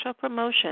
promotion